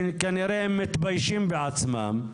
כי כנראה הם מתביישים בעצמם.